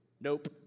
nope